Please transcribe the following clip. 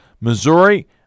Missouri